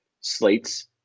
slates